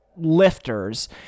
lifters